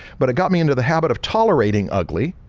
but it got me into the habit of tolerating ugly.